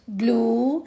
blue